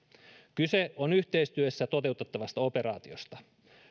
kyse on yhteistyössä toteutettavasta operaatiosta